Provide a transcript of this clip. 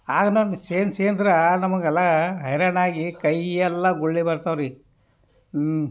ಆಗ ನಮ್ಗೆ ಸೇದಿ ಸೇದ್ರ ನಮಗೆಲ್ಲ ಹೈರಾಣಾಗಿ ಕೈಯೆಲ್ಲ ಗುಳ್ಳೆ ಬರ್ತಾವ್ರಿ